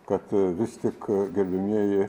kad vis tik gerbiamieji